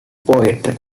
poetry